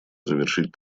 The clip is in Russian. завершить